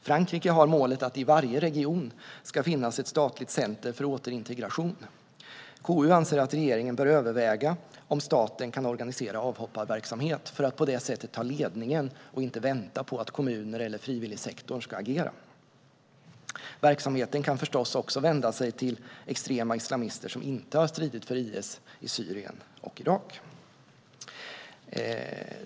Frankrike har målet att det i varje region ska finnas ett statligt center för återintegration. KU anser att regeringen bör överväga om staten kan organisera avhopparverksamhet för att på det sättet ta ledningen och inte vänta på att kommuner eller frivilligsektor ska agera. Verksamheten kan förstås också vända sig till extrema islamister som inte har stridit för IS i Syrien och Irak.